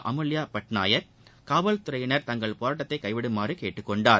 அமுல்யா பட்நாயக் காவல்தறையினர் போராட்டத்தை கைவிடுமாறு கேட்டுக் கொண்டார்